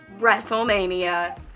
WrestleMania